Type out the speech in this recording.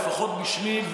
לפחות בשמי,